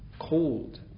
cold